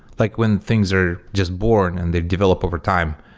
like when things are just born and they develop overtime,